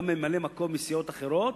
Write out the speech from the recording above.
גם ממלאי-מקום מסיעות אחרות,